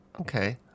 Okay